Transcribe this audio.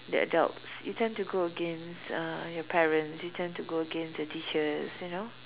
the adults you tend to go against uh your parents you tend to go against your teachers you know